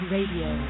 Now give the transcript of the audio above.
Radio